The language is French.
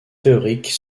théoriques